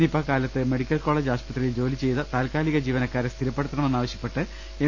Nipah കാലത്ത് medical college ആശുപത്രിയിൽ ജോലി ചെയ്ത താൽക്കാലിക ജീവനക്കാരെ സ്ഥിരപ്പെടുത്തണമെന്നാവശ്യപ്പെട്ട് എം